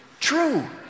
true